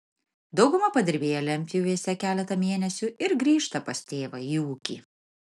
dauguma padirbėja lentpjūvėse keletą mėnesių ir grįžta pas tėvą į ūkį